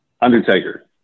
Undertaker